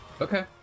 Okay